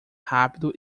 rápido